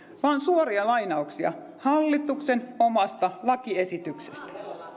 vaan suoria lainauksia hallituksen omasta lakiesityksestä